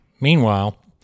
Meanwhile